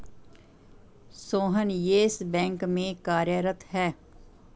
Sohan Yes bank में कार्यरत है